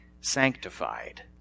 sanctified